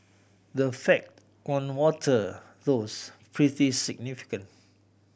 the effect on water thus pretty significant